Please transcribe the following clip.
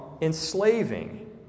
enslaving